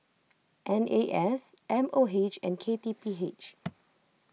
N A S M O H and K T P H